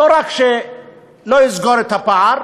לא רק שזה לא יסגור את הפער,